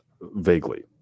Vaguely